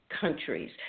countries